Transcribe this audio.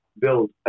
build